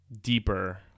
deeper